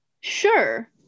Sure